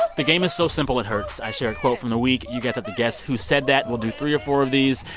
ah the game is so simple it hurts. i share a quote from the week. you guys get to guess who said that. we'll do three or four of these.